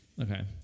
Okay